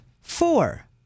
Four